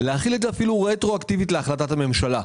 להחיל את זה אפילו רטרואקטיבית להחלטת הממשלה.